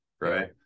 right